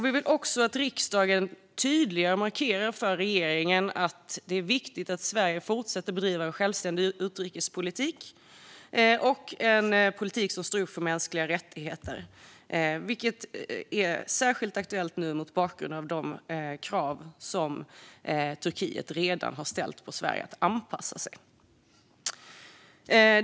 Vi vill också att riksdagen tydliggör och markerar för regeringen att det är viktigt att Sverige fortsätter att bedriva en självständig utrikespolitik och en politik som står upp för mänskliga rättigheter, vilket är särskilt aktuellt mot bakgrund av de krav som Turkiet redan har ställt på Sverige att anpassa sig.